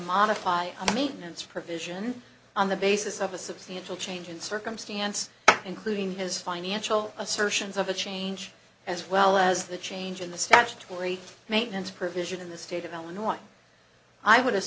modify a maintenance provision on the basis of a substantial change in circumstance including his financial assertions of a change as well as the change in the statutory maintenance provision in the state of illinois i would